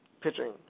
pitching